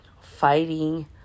fighting